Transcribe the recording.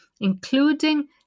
including